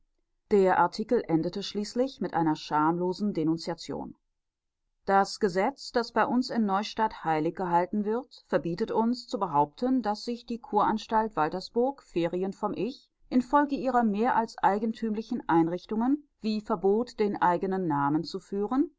der artikel endete schließlich mit einer schamlosen denunziation das gesetz das bei uns in neustadt heilig gehalten wird verbietet uns zu behaupten daß sich die kuranstalt waltersburg ferien vom ich infolge ihrer mehr als eigentümlichen einrichtungen wie verbot den eigenen namen zu führen